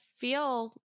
feel